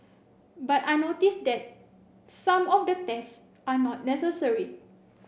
but I notice that some of the tests are not necessary